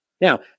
Now